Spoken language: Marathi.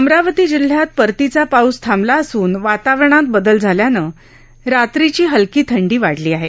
अमरावती जिल्ह्यात परतीचा पाऊस थांबला असून वातावरणात बदल झाल्यानं रात्रीची हलकी थंडी वाढली आहे